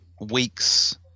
weeks